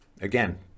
again